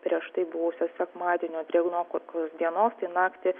prieš tai buvusio sekmadienio drėgnokos dienos tai naktį